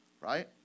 right